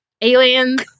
Aliens